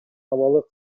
абалы